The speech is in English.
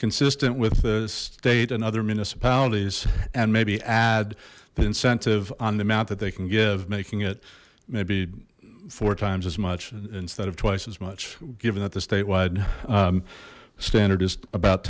consistent with the state and other municipalities and maybe add the incentive on the amount that they can give making it maybe four times as much instead of twice as much given that the statewide standard is about